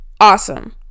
awesome